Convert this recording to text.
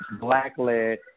Black-led